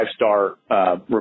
five-star